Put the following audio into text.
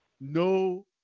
no